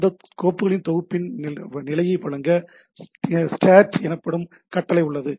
அந்த கோப்புகளின் தொகுப்பின் நிலையை வழங்க STAT எனப்படும் கட்டளை உள்ளது